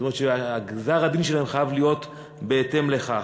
זאת אומרת שגזר-הדין שלהם חייב להיות בהתאם לכך.